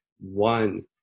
One